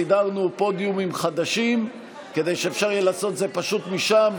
סידרנו פודיומים חדשים כדי שאפשר יהיה לעשות את זה פשוט משם,